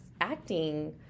acting